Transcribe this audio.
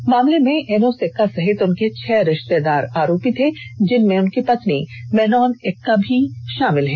इस मामले में एनोस एक्का सहित उनके छह रिष्तेदार आरोपी थे जिनमें उनकी पत्नी मेनन एक्का भी शामिल हैं